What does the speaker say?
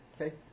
okay